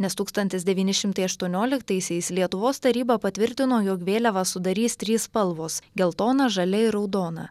nes tūkstantis devyni šimtai aštuonioliktaisiais lietuvos taryba patvirtino jog vėliavą sudarys trys spalvos geltona žalia ir raudona